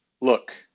Look